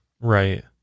Right